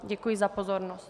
Děkuji za pozornost.